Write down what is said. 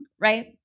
right